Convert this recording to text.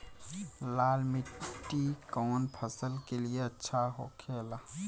लाल मिट्टी कौन फसल के लिए अच्छा होखे ला?